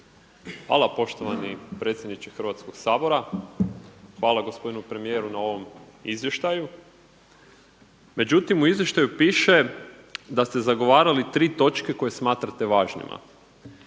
Hvala poštovani predsjedniče Hrvatskoga sabora. Hvala gospodinu premijeru na ovom izvještaju. Međutim u izvještaju piše da ste zagovarali tri točke koje smatrate važnima.